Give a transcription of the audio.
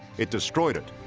it destroyed it